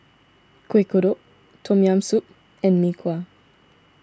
Kuih Kodok Tom Yam Soup and Mee Kuah